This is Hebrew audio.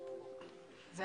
לא